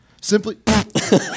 Simply